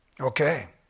Okay